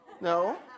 no